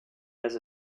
has